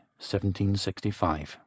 1765